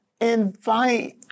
invite